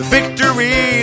Victory